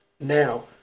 now